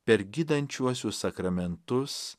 per gydančiuosius sakramentus